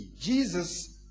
Jesus